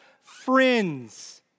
friends